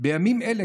בימים אלה,